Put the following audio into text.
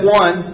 one